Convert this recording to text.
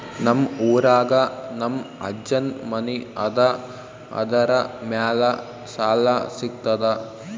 ನಮ್ ಊರಾಗ ನಮ್ ಅಜ್ಜನ್ ಮನಿ ಅದ, ಅದರ ಮ್ಯಾಲ ಸಾಲಾ ಸಿಗ್ತದ?